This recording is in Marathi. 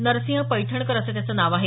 नरसिंह पैठणकर असं त्याचं नाव आहे